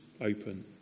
open